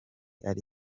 ari